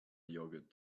yogurt